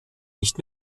nicht